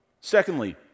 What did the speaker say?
secondly